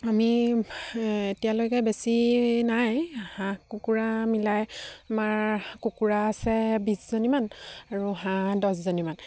আমি এতিয়ালৈকে বেছি নাই হাঁহ কুকুৰা মিলাই আমাৰ কুকুৰা আছে বিছজনীমান আৰু হাঁহ দছজনীমান